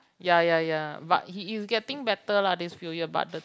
ya ya ya but he you getting better lah this few years but the